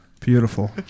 Beautiful